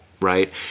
right